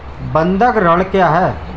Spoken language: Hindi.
बंधक ऋण क्या है?